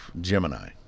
Gemini